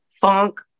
funk